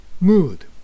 mood